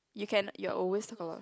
you can you always talk a lot